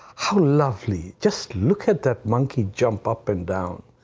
how lovely just look at that monkey jump up and down.